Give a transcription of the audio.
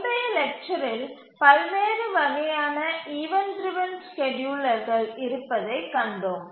முந்தைய லெக்சரில் பல்வேறு வகையான ஈவண்ட் டிரவன் ஸ்கேட்யூலர்கள் இருப்பதைக் கண்டோம்